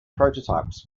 prototypes